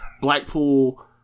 Blackpool